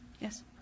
Yes